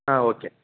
okay